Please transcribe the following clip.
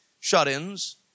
shut-ins